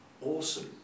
awesome